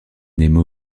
nemo